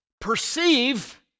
perceive